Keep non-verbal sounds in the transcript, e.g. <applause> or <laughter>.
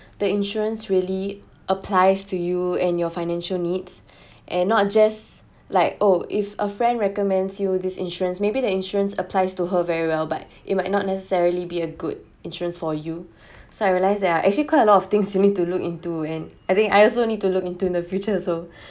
<breath> the insurance really applies to you and your financial needs <breath> and not just like oh if a friend recommends you this insurance maybe the insurance applies to her very well but <breath> it might not necessarily be a good insurance for you <breath> so I realise there are actually quite a lot of things you need to look into and I think I also need to look into in the future also <breath>